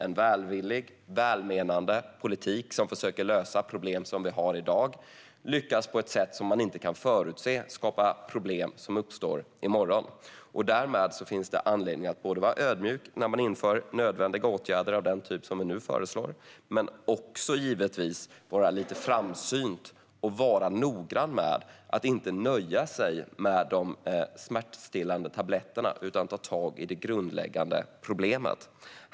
En välvillig och välmenande politik som försöker lösa problem som vi har i dag lyckas på ett sätt som man inte kan förutse skapa problem som uppstår i morgon. Därmed finns det anledning att både vara ödmjuk när man vidtar nödvändiga åtgärder av den typ som vi nu föreslår och givetvis vara lite framsynt och vara noggrann med att inte nöja sig med de smärtstillande tabletterna utan ta tag i det grundläggande problemet.